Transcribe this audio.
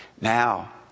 Now